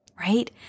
right